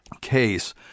case